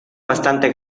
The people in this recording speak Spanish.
bastante